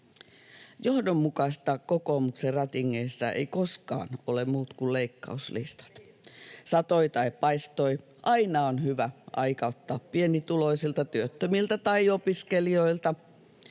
Johdonmukaista kokoomuksen rätingeissä eivät koskaan ole muut kuin leikkauslistat. Satoi tai paistoi, aina on hyvä aika ottaa pienituloisilta, työttömiltä tai opiskelijoilta.